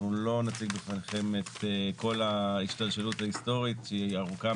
אנחנו לא נציג בפניכם את כל ההשתלשלות ההיסטורית שהיא ארוכה,